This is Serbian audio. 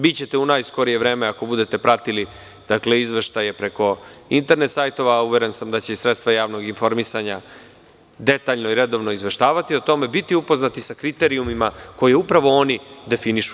Bićete u najskorije vreme, ako budete pratili izveštaje preko internet sajtova, a uveren sam da će i sredstva javnog informisanja detaljno i redovno izveštavati o tome, biti upoznati sa kriterijumima koje upravo oni definišu.